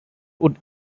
would